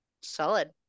Solid